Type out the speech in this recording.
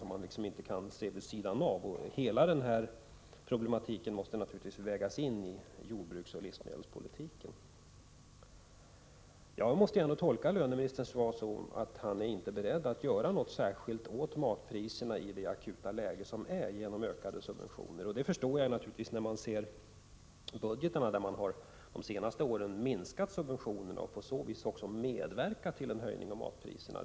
Man kan inte föra allt detta åt sidan, utan hela denna problematik måste vägas in i jordbruksoch livsmedelspolitiken. Jag måste tolka löneministerns svar så att han i det akuta läget inte är beredd att göra något särskilt åt matpriserna genom ökade subventioner. Man kan förstå det när man läser budgetarna, där regeringen under de senaste åren har minskat subventionerna och på så vis också medverkat till en höjning av matpriserna.